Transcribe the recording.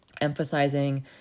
emphasizing